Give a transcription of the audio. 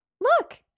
look